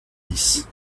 dix